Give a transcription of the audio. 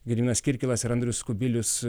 gediminas kirkilas ir andrius kubilius